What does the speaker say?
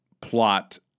plot